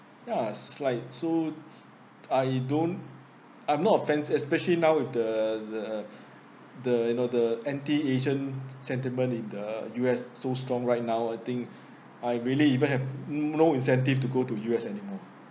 ya it's like so I don't I'm not offend~ especially now with the the the you know the anti asian sentiment in the U_S so strong right now I think I really even have no incentive to go to U_S anymore